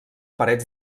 parets